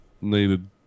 needed